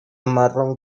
marrón